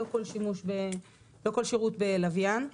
לא כל שירות בלוויין.